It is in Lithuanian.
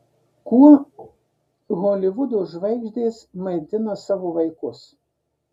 kuo holivudo žvaigždės maitina savo vaikus